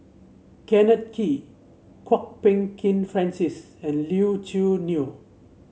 Kenneth Kee Kwok Peng Kin Francis and Leo Choo Neo